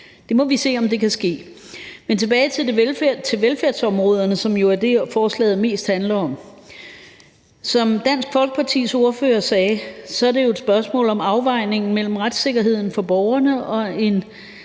Det må vi se om kan ske. Men tilbage til velfærdsområderne, som jo er det, forslaget mest handler om. Som Dansk Folkepartis ordfører sagde, er det jo et spørgsmål om en afvejning mellem retssikkerheden for borgerne og en